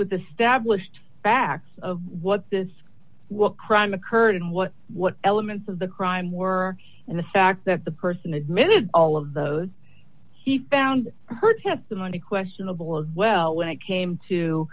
with the stablished facts of what this what crime occurred and what what elements of the crime were and the fact that the person admitted all of those he found her testimony questionable as well when it came to